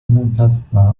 unantastbar